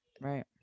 Right